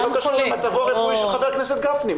זה לא קשור למצבו הרפואי של חבר הכנסת גפני.